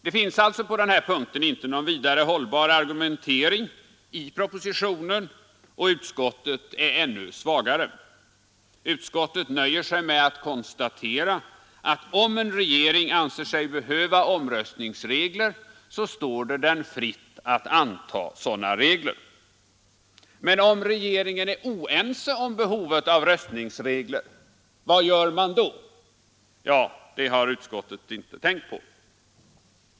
Det finns alltså på den här punkten inte någon vidare hållbar argumentering i propositionen, och utskottet är ännu svagare; utskottet nöjer sig med att konstatera att om en regering anser sig behöva omröstningsregler så står det den fritt att anta sådana. Men om regeringen är oense om behovet av röstningsregler — vad gör man då? Det har utskottet inte tänkt på.